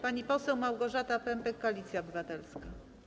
Pani poseł Małgorzata Pępek, Koalicja Obywatelska.